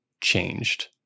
changed